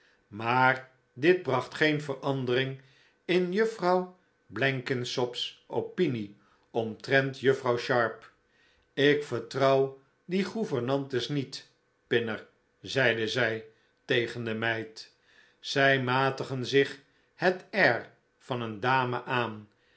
maar dit bracht geen verandering in juffrouw blenkinsop's opinie omtrent juffrouw sharp ik vertrouw die gouvernantes niet pinner zeide zij tegen de meid zij matigen zich het air van een dame aan